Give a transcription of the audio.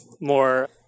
more